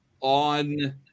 on